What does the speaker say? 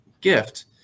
gift